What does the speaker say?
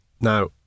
Now